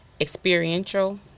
experiential